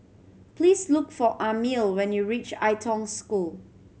please look for Amil when you reach Ai Tong School